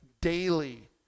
daily